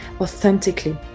authentically